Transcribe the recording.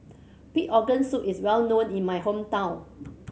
pig organ soup is well known in my hometown